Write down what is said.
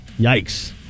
Yikes